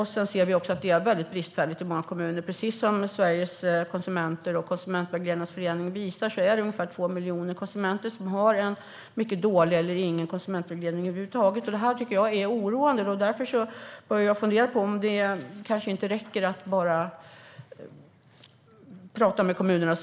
I många kommuner är informationen bristfällig. Precis som Sveriges Konsumenter och Konsumentvägledarnas förening visar har ungefär 2 miljoner konsumenter tillgång till dålig eller ingen konsumentvägledning över huvud taget. Det är oroande. Jag har funderat över om det räcker att prata med kommunerna.